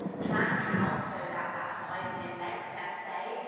planning it out so that that five minute length, let's say,